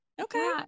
Okay